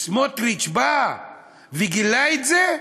סמוטריץ בא וגילה את זה?